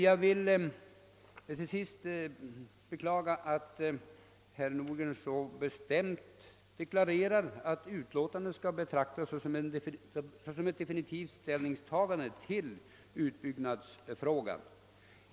Jag vill till sist beklaga att herr Nordgren så bestämt deklarerar att allmänna beredningsutskottets utlåtande skall betraktas såsom ett definitivt ställningstagande till utbyggnadsfrågan.